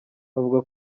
avuga